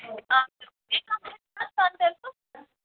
آ بیٚیہِ کانٛہہ ہیلپ سانہِ طَرفہٕ